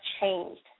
changed